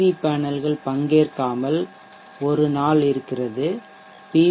we பேனல்கள் பங்கேற்காமல் 1 நாள் இருக்கிறது பி